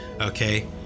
Okay